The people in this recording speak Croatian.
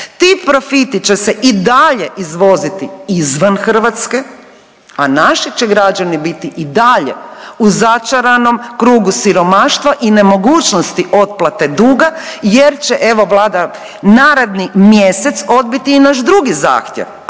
Ti profiti će se i dalje izvoziti izvan Hrvatske, a naši će građani i dalje biti u začaranom krugu siromaštva i nemogućnosti otplate duga jer će, evo, Vlada, naredni mjesec odbiti i naš drugi zahtjev,